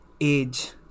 age